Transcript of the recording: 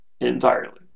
Entirely